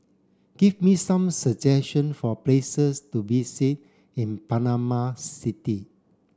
give me some suggestion for places to visit in Panama City